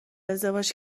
ازدواج